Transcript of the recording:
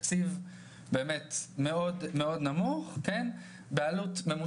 בסוף אנחנו נסתכל להן בעיניים ולא יהיה להן מה לאכול.